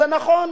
זה נכון,